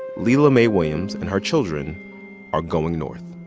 lela mae williams and her children are going north